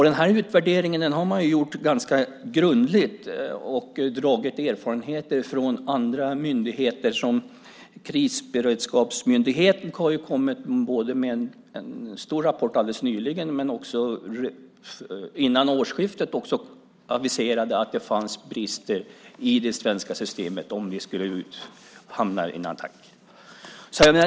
Den här utvärderingen har man gjort ganska grundligt och dragit erfarenheter från andra myndigheter. Krisberedskapsmyndigheten har ju kommit med en stor rapport alldeles nyligen, och man aviserade före årsskiftet att det fanns brister i det svenska systemet om det skulle utsättas för en attack.